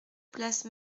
place